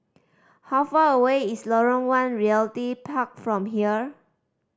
how far away is Lorong One Realty Park from here